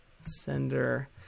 sender